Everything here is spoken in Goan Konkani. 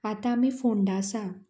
आतां आमी फोंडा आसा